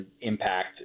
impact